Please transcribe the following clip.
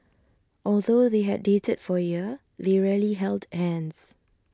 although they had dated for A year they rarely held hands